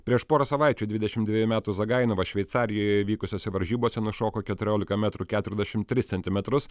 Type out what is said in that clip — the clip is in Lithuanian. prieš porą savaičių dvidešim dvejų metų zagainova šveicarijoje vykusiose varžybose nušoko keturiolika metrų keturiasdešim tris centimetrus